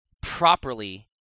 properly